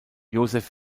joseph